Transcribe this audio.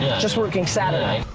just working saturday.